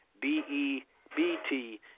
B-E-B-T